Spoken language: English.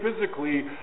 physically